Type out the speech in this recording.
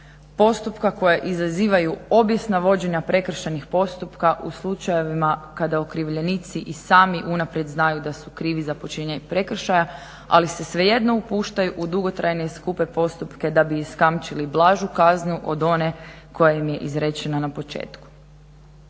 postupka koji izazivaju obijesna vođenja prekršajnih postupaka u slučajevima kada okrivljenici i sami unaprijed znaju da su krivi za počinjenje prekršaja ali se svejedno upuštaju u dugotrajne i skupe postupke da bi iskamčili blažu kaznu od one koja im je izrečena na početku.